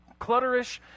clutterish